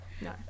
No